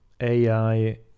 AI